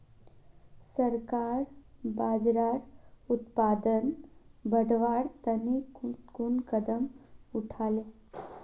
सरकार बाजरार उत्पादन बढ़वार तने कुन कुन कदम उठा ले